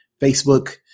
Facebook